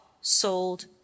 sold